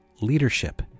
leadership